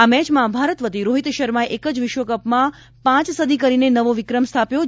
આ મેચમાં ભારત વતી રોહિત શર્માએ એક જ વિશ્વકપમાં પાંચ સદી કરીને નવો વિક્રમ સ્થાપ્યો છે